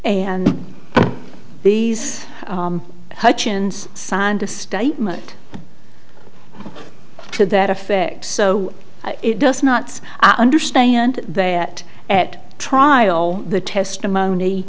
and these hutchens signed a statement to that effect so it does not understand that at trial the testimony